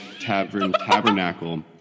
tabernacle